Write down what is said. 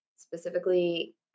specifically